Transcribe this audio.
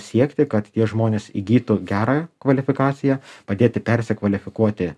siekti kad tie žmonės įgytų gerą kvalifikaciją padėti persikvalifikuoti